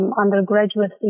undergraduate